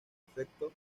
efecto